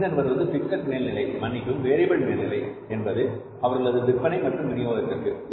பின்னர் வருவது பிக்சட் மேல்நிலை மன்னிக்கவும் வேரியபில் மேல்நிலை என்பது அவர்களது விற்பனை மற்றும் விநியோகத்திற்கு